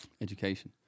Education